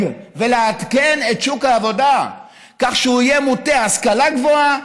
ולעדכן את שוק העבודה כך שהוא יהיה מוטה השכלה גבוהה,